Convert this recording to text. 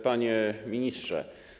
Panie Ministrze!